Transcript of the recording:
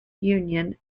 union